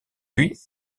puis